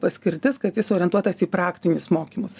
paskirtis kad jis orientuotas į praktinius mokymus